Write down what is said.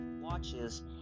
watches